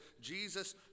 Jesus